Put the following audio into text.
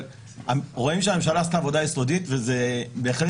אבל רואים שהממשלה עשתה עבודה יסודית וזה בהחלט